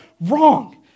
wrong